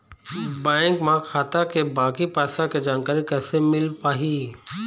Bank म खाता के बाकी पैसा के जानकारी कैसे मिल पाही?